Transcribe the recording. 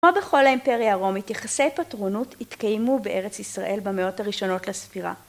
כמו בכל האימפריה הרומית יחסי פטרונות התקיימו בארץ ישראל במאות הראשונות לספירה.